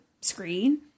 screen